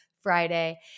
Friday